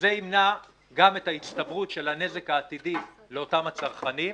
זה ימנע גם את ההצטברות של הנזק העתידי לאותם צרכנים,